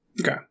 Okay